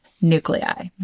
nuclei